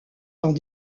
dans